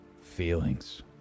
feelings